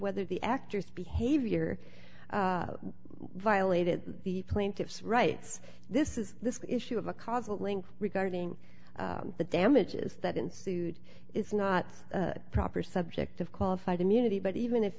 whether the actors behavior violated the plaintiff's rights this is this issue of a causal link regarding the damages that ensued is not proper subject of qualified immunity but even if